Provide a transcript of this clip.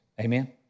Amen